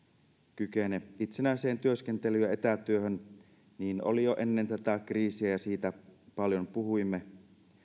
kykene itsenäiseen työskentelyyn ja etätyöhön niin oli jo ennen tätä kriisiä ja siitä paljon puhuimme